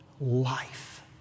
life